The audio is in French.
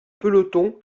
peloton